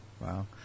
Wow